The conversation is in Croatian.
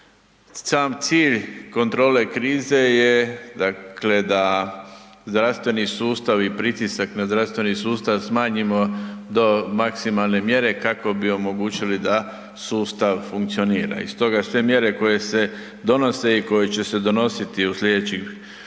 Sam cilj kontrole krize je dakle da zdravstveni sustav i pritisak na zdravstveni sustav smanjimo do maksimalne mjere kako bi omogućili da sustav funkcionira. I stoga sve mjere koje se donose i koje će se donositi u sljedećih dana